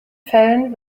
fällen